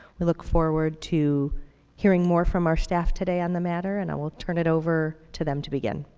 we look forward to hearing more from our staff today on the matter, and i will turn it over to them to begin.